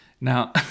Now